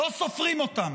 לא סופרים אותם.